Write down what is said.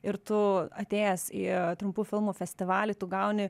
ir tu atėjęs į trumpų filmų festivalį tu gauni